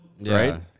right